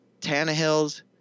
Tannehills